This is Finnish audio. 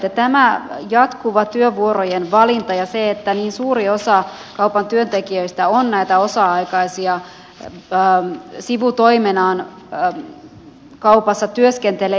tämä jatkuva työvuorojen valinta ja se että niin suuri osa kaupan työntekijöistä on näitä osa aikaisia sivutoimenaan kaupassa työskentelee